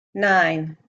nine